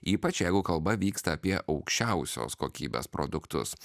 ypač jeigu kalba vyksta apie aukščiausios kokybės produktus